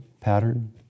pattern